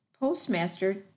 Postmaster